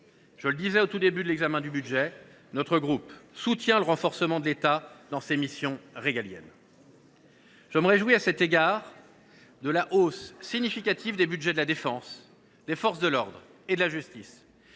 de l’examen du projet de loi de finances, notre groupe soutient le renforcement de l’État dans ses missions régaliennes. Je me réjouis à cet égard de la hausse significative des budgets de la défense, des forces de l’ordre et de la justice.